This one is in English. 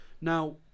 Now